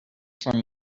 from